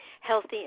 healthy